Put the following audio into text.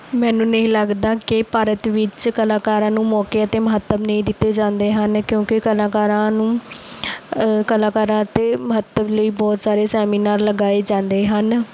ਮੈਨੂੰ ਨਹੀਂ ਲੱਗਦਾ ਕਿ ਭਾਰਤ ਵਿੱਚ ਕਲਾਕਾਰਾਂ ਨੂੰ ਮੌਕੇ ਅਤੇ ਮਹੱਤਵ ਨਹੀਂ ਦਿੱਤੇ ਜਾਂਦੇ ਹਨ ਕਿਉਂਕਿ ਕਲਾਕਾਰਾਂ ਨੂੰ ਕਲਾਕਾਰਾਂ ਅਤੇ ਮਹੱਤਵ ਲਈ ਬਹੁਤ ਸਾਰੇ ਸੈਮੀਨਾਰ ਲਗਾਏ ਜਾਂਦੇ ਹਨ